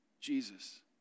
Jesus